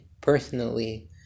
personally